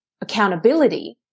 accountability